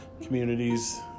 communities